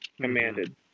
commanded